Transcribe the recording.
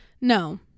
No